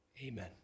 Amen